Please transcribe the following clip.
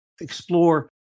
explore